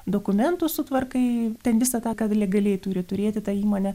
dokumentus sutvarkai ten visą tą ką legaliai turi turėti ta įmonė